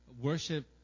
worship